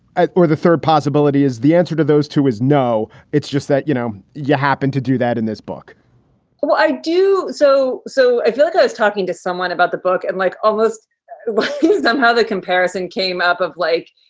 or the third possibility is the answer to those two is no. it's just that, you know, you happen to do that in this book well, i do so. so i feel like i was talking to someone about the book and like, almost somehow the comparison came up of like,